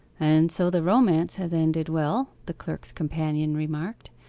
and so the romance has ended well the clerk's companion remarked,